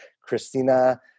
Christina